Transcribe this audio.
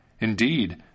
Indeed